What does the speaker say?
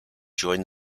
joined